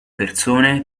persone